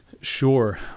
Sure